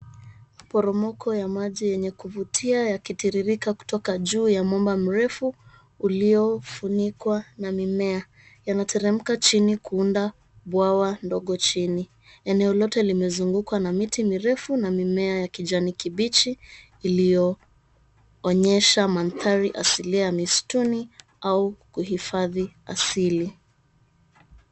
Poromoko ya maji yenye kuvutia yakitiririka kutoka juu ya mwamba mrefu uliofunikwa na mimea, yanateremka chini kuunda bwawa ndogo chini. Eneo lote limezungukwa na miti mirefu na mimea ya kijani kibichi, iliyoonyesha manthari asilia ya msituni au kuhifadhi asili.